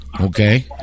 okay